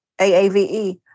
AAVE